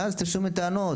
ואז אתם שומעים טענות,